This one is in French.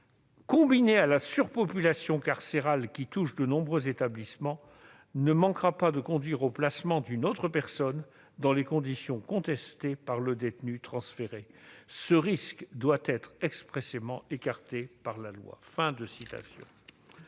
combiné à la surpopulation carcérale qui touche de nombreux établissements, ne manquera pas de conduire au placement d'une autre personne dans les conditions contestées par le détenu transféré ; ce risque doit être expressément écarté par la loi. »